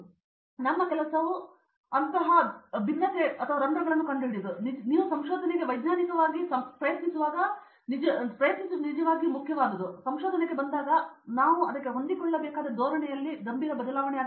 ಆದ್ದರಿಂದ ನಮ್ಮ ಕೆಲಸವು ಲೂಪ್ ರಂಧ್ರಗಳನ್ನು ಕಂಡುಹಿಡಿಯುವುದು ಅದು ನೀವು ಸಂಶೋಧನೆಗೆ ವೈಜ್ಞಾನಿಕವಾಗಿ ಸಂಶೋಧಿಸುವಾಗ ನಿಜವಾಗಿಯೂ ಮುಖ್ಯವಾದುದು ಎಂದು ನೀವು ಸಂಶೋಧನೆಗೆ ಬಂದಾಗ ನಾವು ಹೊಂದಿಕೊಳ್ಳಬೇಕಾದ ಧೋರಣೆಯಲ್ಲಿ ಗಂಭೀರ ಬದಲಾವಣೆಯಾಗಿದೆ